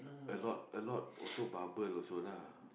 a lot a lot also bubble also lah